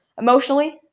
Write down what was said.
emotionally